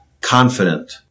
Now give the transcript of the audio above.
confident